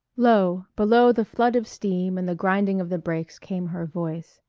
low, below the flood of steam and the grinding of the brakes came her voice